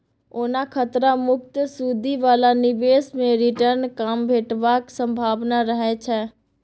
ओना खतरा मुक्त सुदि बला निबेश मे रिटर्न कम भेटबाक संभाबना रहय छै